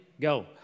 Go